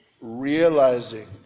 realizing